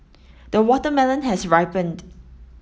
the watermelon has ripened